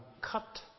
cut